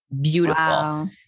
beautiful